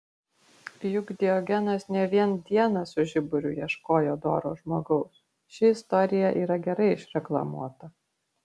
juk diogenas ne vien dieną su žiburiu ieškojo doro žmogaus ši istorija yra gerai išreklamuota